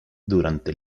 durante